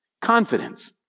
Confidence